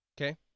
Okay